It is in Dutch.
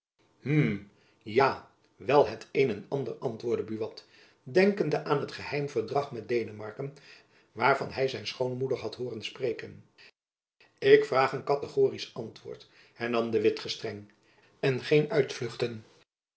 hm ja wel het een en ander antwoordde buat denkende aan het geheim verdrag met denemarken waarvan hy zijn schoonmoeder had hooren spreken ik vraag een kategorisch antwoord hernam de witt gestreng en geen uitvluchten